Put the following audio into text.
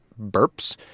burps